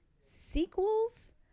sequels